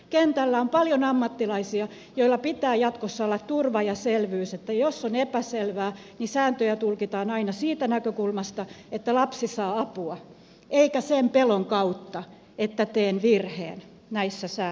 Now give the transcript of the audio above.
kentällä on paljon ammattilaisia joilla pitää jatkossa olla turva ja selvyys niin että jos on epäselvää niin sääntöjä tulkitaan aina siitä näkökulmasta että lapsi saa apua eikä sen pelon kautta että teen virheen näissä säännöissä